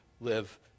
live